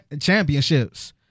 championships